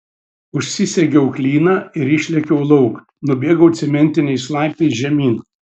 užsisegiau klyną ir išlėkiau lauk nubėgau cementiniais laiptais žemyn